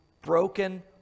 broken